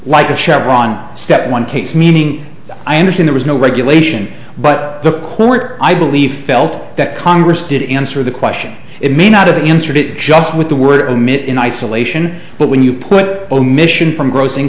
like the chevron step one case meaning i understood there was no regulation but the court i believe felt that congress did answer the question it may not have the answered it just with the word image in isolation but when you put omission from gross in